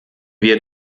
wir